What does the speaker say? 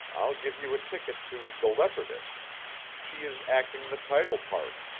i'll give you a ticket to the leopardess she is acting the title part.